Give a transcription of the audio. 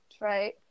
right